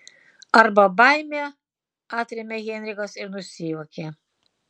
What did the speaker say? arba baimė atrėmė heinrichas ir nusijuokė